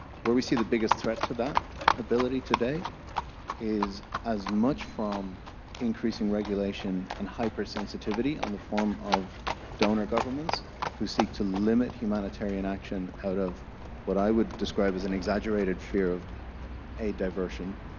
where we see the biggest threat to that ability today is as much from increasing regulation and hypersensitivity on the form of donor governments who seek to limit humanitarian action out of what i would describe as an exaggerated fear of aid diversion.